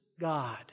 God